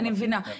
אני מבינה.